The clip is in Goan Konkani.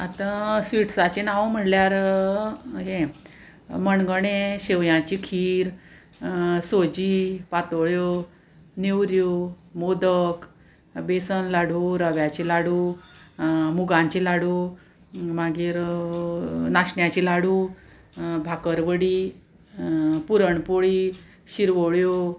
आतां स्विट्साचें नांव म्हणल्यार हें मणगणे शेवयांची खीर सोजी पातोळ्यो निवऱ्यो मोदक बेसन लाडू रव्याची लाडू मुगांची लाडू मागीर नाशण्याची लाडू भाकरवडी पुरणपोळी शिरवळ्यो